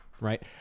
Right